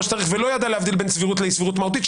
שצריך ולא ידע להבדיל בין סבירות לאי סבירות מהותית.